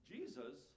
Jesus